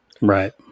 Right